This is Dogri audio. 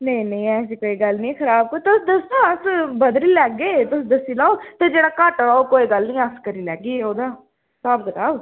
नेईं नेईं ऐसी कोई गल्ल निं खराब तुस दस्सो अस बदली लैगे तुस दस्सी लाओ ते जेह्ड़ा घाट्टा ओह् कोई गल्ल निं अस करी लैगे ओह्दा स्हाब कताब